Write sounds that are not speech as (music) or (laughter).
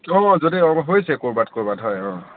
(unintelligible) যদি হৈছে ক'ৰবাত ক'ৰবাত হয় অ'